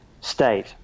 state